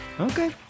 Okay